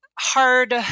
hard